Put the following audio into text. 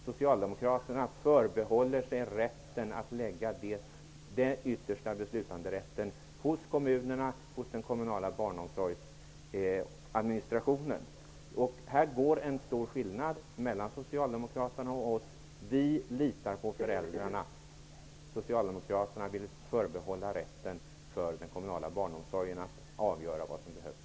Socialdemokraterna förbehåller sig rätten att lägga den yttersta beslutanderätten hos kommunerna och den kommunala barnomsorgsadministrationen. Här går en skiljelinje mellan oss och Socialdemokraterna. Vi litar på föräldrarna. Socialdemokraterna vill förbehålla den kommunala barnomsorgen rätten att avgöra vad som behövs.